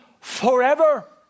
forever